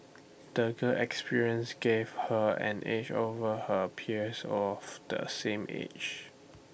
the girl experiences gave her an edge over her peers of the same age